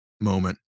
moment